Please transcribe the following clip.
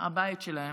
הבית שלהן,